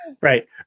right